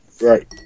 right